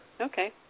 Okay